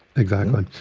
exactly.